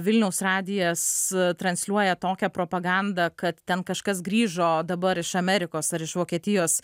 vilniaus radijas transliuoja tokią propagandą kad ten kažkas grįžo dabar iš amerikos ar iš vokietijos